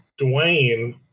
Dwayne